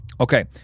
Okay